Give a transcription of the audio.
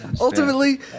ultimately